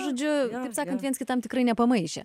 žodžiu sakant viens kitam tikrai nepamaišė